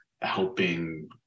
helping